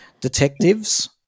Detectives